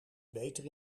beter